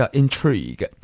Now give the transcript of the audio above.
intrigue 。